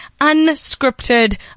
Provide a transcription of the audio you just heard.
unscripted